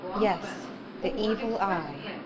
yes, the evil eye.